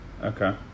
okay